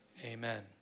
amen